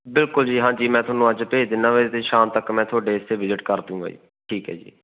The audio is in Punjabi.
ਬਿਲਕੁਲ ਜੀ ਹਾਂਜੀ ਮੈਂ ਤੁਹਾਨੂੰ ਅੱਜ ਭੇਜ ਦਿੰਦਾ ਵੈਸੇ ਤਾਂ ਸ਼ਾਮ ਤੱਕ ਮੈਂ ਤੁਹਾਡੇ ਹਿੱਸੇ ਵਿਜਿਟ ਕਰ ਦੂੰਗਾ ਜੀ ਠੀਕ ਹੈ ਜੀ